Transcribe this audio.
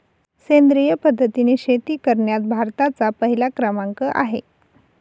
सेंद्रिय पद्धतीने शेती करण्यात भारताचा पहिला क्रमांक आहे